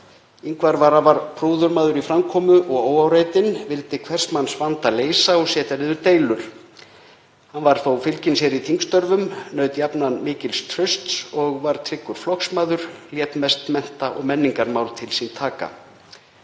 Ingvar var afar prúður í framkomu og óáreitinn, vildi hvers manns vanda leysa og setja niður deilur. Hann var fylginn sér í þingstörfum, naut jafnan mikils trausts og var tryggur flokksmaður, lét mest mennta- og menningarmál til sín taka.